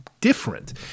different